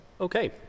Okay